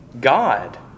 God